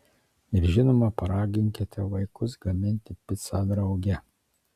ir žinoma paraginkite vaikus gaminti picą drauge